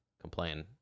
complain